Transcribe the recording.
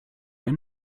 ein